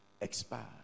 expire